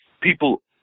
People